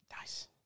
Nice